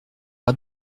roi